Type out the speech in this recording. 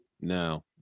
no